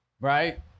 right